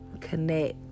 connect